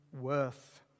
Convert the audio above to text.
worth